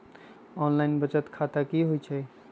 Online बचत खाता की होई छई?